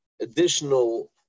additional